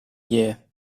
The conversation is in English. year